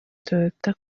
toyota